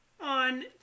on